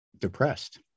depressed